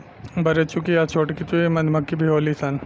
बरेचुकी आ छोटीचुकी मधुमक्खी भी होली सन